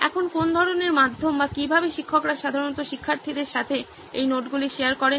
এখন কোন্ ধরনের মাধ্যমে বা কিভাবে শিক্ষকরা সাধারণত শিক্ষার্থীদের সাথে এই নোটগুলি শেয়ার করেন